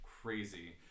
crazy